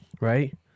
Right